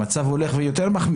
המצב הולך ומחמיר.